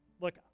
Look